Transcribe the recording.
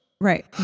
Right